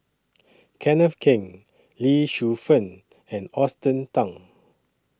Kenneth Keng Lee Shu Fen and Austen